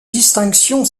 distinction